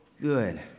good